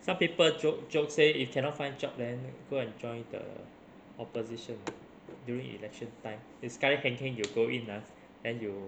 some people joke joke say if cannot find job then go and join the opposition during election time you sekali heng heng you go in ah then you